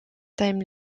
time